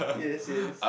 yes yes